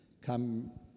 Come